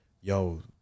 yo